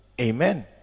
Amen